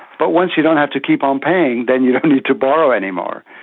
but once you don't have to keep on paying, then you don't need to borrow anymore.